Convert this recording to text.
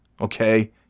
okay